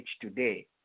today